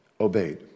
obeyed